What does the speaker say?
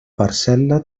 parcel·la